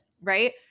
right